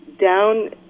down